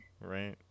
right